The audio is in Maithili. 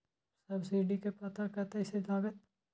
सब्सीडी के पता कतय से लागत?